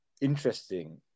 interesting